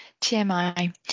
TMI